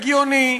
הגיוני,